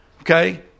Okay